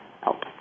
help